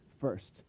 first